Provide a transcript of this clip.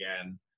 again